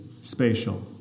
spatial